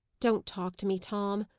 don't talk to me, tom.